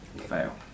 Fail